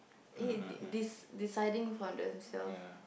he de~ deciding for themself